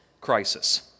crisis